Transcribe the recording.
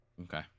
Okay